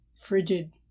frigid